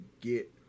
get